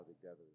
together